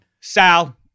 Sal